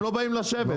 הם לא באים לשבת.